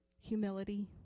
Humility